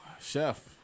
Chef